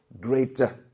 greater